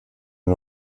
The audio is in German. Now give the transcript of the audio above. nur